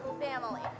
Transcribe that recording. Family